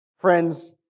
friends